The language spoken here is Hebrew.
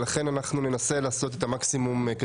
לכן אנחנו ננסה לעשות את המקסימום.